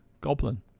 goblin